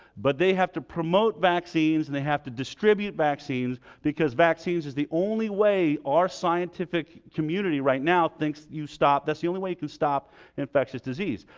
but they have to promote vaccines and they have to distribute vaccines because vaccines is the only way our scientific community right now thinks you stop that's the only way you can stop infectious disease.